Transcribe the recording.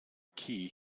key